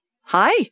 Hi